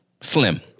Slim